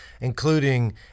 including